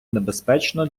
небезпечно